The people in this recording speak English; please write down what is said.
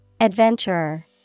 Adventurer